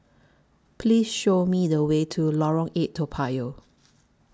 Please Show Me The Way to Lorong eight Toa Payoh